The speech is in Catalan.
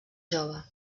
jove